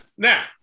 Now